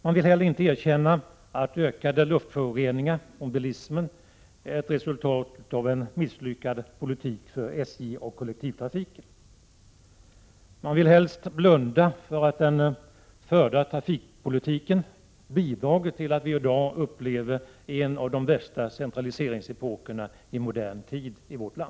Man vill heller inte erkänna att ökade luftföroreningar från bilismen är ett resultat av en misslyckad politik för SJ och kollektivtrafiken. Man vill helst blunda för att den förda trafikpolitiken bidragit till att vi i dag upplever en av vårt lands värsta centraliseringsepoker i modern tid.